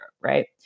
right